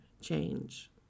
change